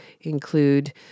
include